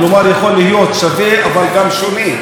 כלומר, יכול להיות שווה אבל גם שונה.